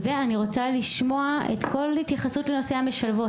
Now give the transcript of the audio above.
אני רוצה לשמוע את כל ההתייחסות לנושא המשלבות,